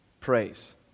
praise